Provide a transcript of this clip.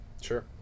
Sure